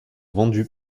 vendus